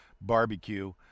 barbecue